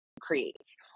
creates